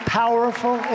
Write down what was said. powerful